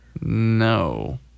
no